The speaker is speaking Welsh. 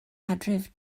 adref